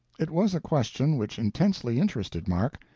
it was a question which intensely interested mark,